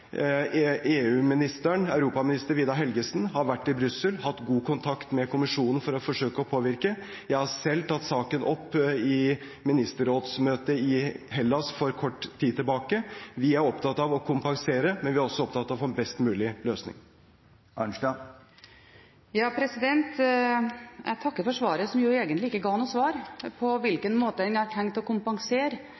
europaminister Vidar Helgesen, har vært i Brussel og hatt god kontakt med kommisjonen for å forsøke å påvirke. Jeg har selv tatt saken opp i ministerrådsmøtet i Hellas for kort tid tilbake. Vi er opptatt av å kompensere, men vi er også opptatt av å få best mulige løsninger. Jeg takker for svaret, som egentlig ikke ga noe svar på